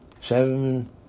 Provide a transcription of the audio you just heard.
Seven